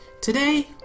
Today